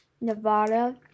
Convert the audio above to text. Nevada